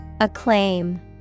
Acclaim